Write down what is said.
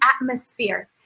atmosphere